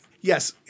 Yes